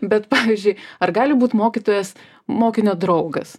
bet pavyzdžiui ar gali būt mokytojas mokinio draugas